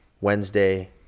Wednesday